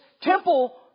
temple